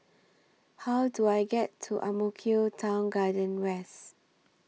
How Do I get to Ang Mo Kio Town Garden West